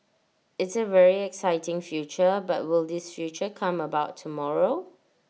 it's A very exciting future but will this future come about tomorrow